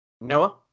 Noah